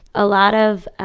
a lot of,